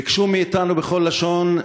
ביקשו מאתנו בכל לשון,